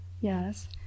Yes